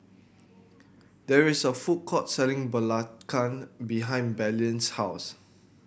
there is a food court selling Belacan behind Belen's house